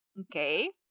okay